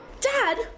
Dad